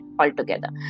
altogether